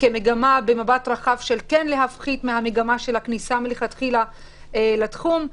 כמגמה במבט רחב של הפחתה של הכניסה מלכתחילה לתחום.